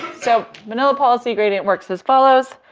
so vanilla policy gradient works as follows.